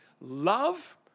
love